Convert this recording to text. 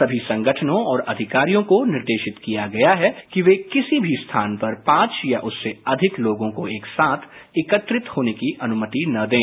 सभी संगठनों और अधिकारियों को निर्देशित किया गया है कि वे किसी भी स्थान पर पांच या उससे अधिक लोगों को एक साथ एकत्रित होने की अनुमति न दें